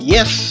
Yes